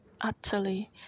utterly